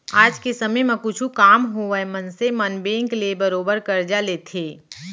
आज के समे म कुछु काम होवय मनसे मन बेंक ले बरोबर करजा लेथें